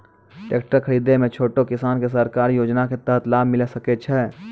Tractor खरीदै मे छोटो किसान के सरकारी योजना के तहत लाभ मिलै सकै छै?